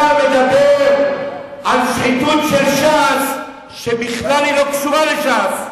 אתה מדבר על שחיתות של ש"ס שבכלל לא קשורה לש"ס.